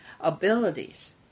abilities